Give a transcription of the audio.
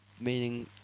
meaning